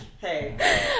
Hey